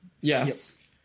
Yes